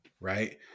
right